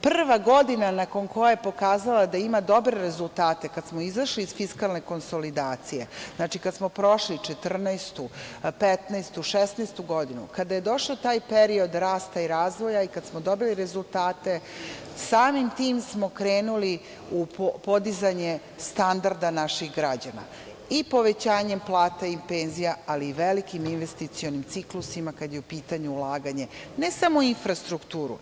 Prva godina nakon koje je pokazala da ima dobre rezultate, kada smo izašli iz fiskalne konsolidacije, kada smo prošli 2014, 2015, 2016. godinu, kada je došao taj period rasta i razvoj i kada smo dobili rezultate, samim tim smo krenuli u podizanje standarda naših građana i povećanjem plata i penzija, ali i velikim investicionim ciklusima kada je u pitanju ulaganje ne samo u infrastrukturu.